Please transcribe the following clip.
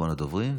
אחרון הדוברים,